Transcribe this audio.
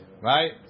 Right